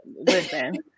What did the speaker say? listen